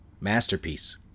Masterpiece